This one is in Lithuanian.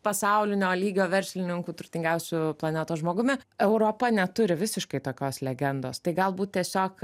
pasaulinio lygio verslininkų turtingiausių planetos žmogumi europa neturi visiškai tokios legendos tai galbūt tiesiog